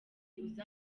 uzi